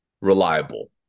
reliable